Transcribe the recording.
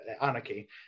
anarchy